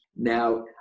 now